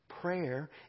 Prayer